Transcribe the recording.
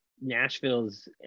Nashville's –